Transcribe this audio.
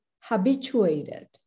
habituated